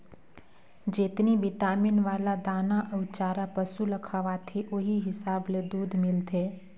जेतनी बिटामिन वाला दाना अउ चारा पसु ल खवाथे ओहि हिसाब ले दूद मिलथे